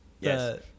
Yes